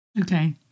Okay